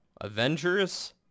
Avengers